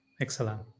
Excellent